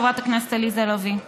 חברת הכנסת עליזה לביא.